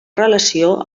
relació